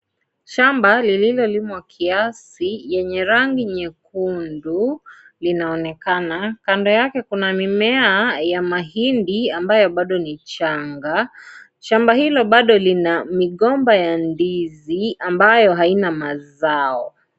Shamba lililolimwa kiasi lenye rangi nyekunndu linaonekana kando yake kuna mimea ya mahindi ambayo bado ni changa shamba hilo bado lina migomba ya ndizi ambayo haina mazao.